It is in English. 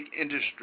industry